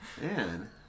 Man